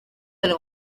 del